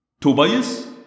Tobias